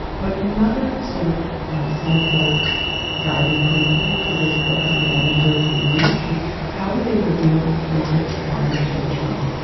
but another sort of central guiding principle for this book and the anecdotes we used was how do they reveal the portrait of donald j. trump?